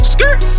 Skirt